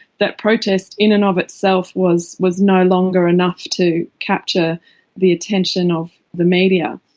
that protest in and of itself was was no longer enough to capture the attention of the media.